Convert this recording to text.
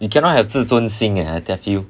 you cannot have 自尊心 ah I tell you